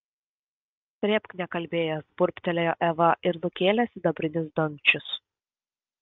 srėbk nekalbėjęs burbtelėjo eva ir nukėlė sidabrinius dangčius